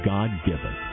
God-given